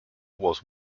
was